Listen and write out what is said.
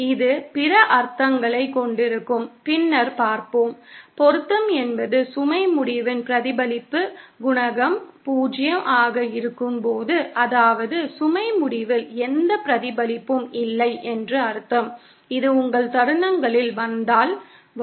இது பிற அர்த்தங்களைக் கொண்டிருக்கும் பின்னர் பார்ப்போம் பொருத்தம் என்பது சுமை முடிவின் பிரதிபலிப்பு குணகம் 0 ஆக இருக்கும்போது அதாவது சுமை முடிவில் எந்த பிரதிபலிப்பும் இல்லை என்று அர்த்தம் இது உங்கள் தருணங்களில் வந்தால் வரும்